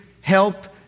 help